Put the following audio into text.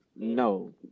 No